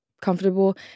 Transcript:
comfortable